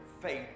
faith